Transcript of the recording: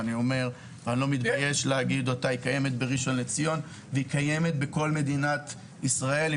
אני לא מתבייש לומר שהיא קיימת בראשון לציון ובכל מדינת ישראל.